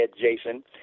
Jason